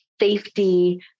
safety